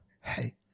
hey